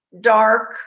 dark